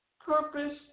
purpose